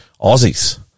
Aussies